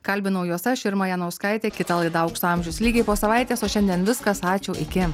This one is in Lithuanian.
kalbinau juos aš irma janauskaitė kita laida aukso amžius lygiai po savaitės o šiandien viskas ačiū iki